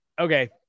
okay